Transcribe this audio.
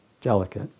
delicate